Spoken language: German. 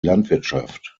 landwirtschaft